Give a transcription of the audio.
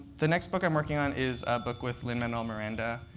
the next book i'm working on is a book with lin-manuel miranda,